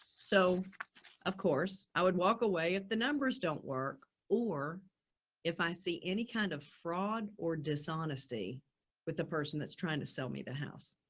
so of course i would walk away if the numbers don't work or if i see any kind of fraud or dishonesty with the person that's trying to sell me the house.